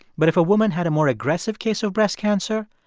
but if a woman had a more aggressive case of breast cancer,